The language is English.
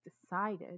decided